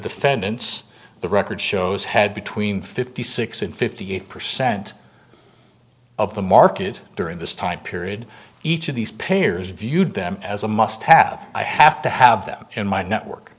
defendants the record shows had between fifty six and fifty eight percent of the market during this time period each of these peers viewed them as a must have i have to have them in my network